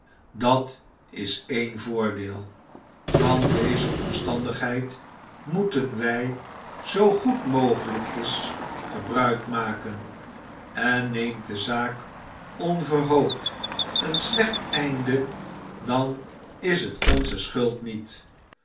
dat is één voordeel van deze omstandigheid moeten wij zoo goed mogelijk is gebruik maken en neemt de zaak onverhoopt een slecht einde dan is het onze schuld niet